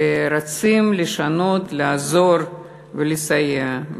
ורוצים לשנות, לעזור ולסייע.